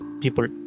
people